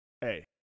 hey